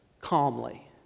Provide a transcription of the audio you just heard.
calmly